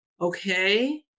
okay